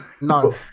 No